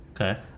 okay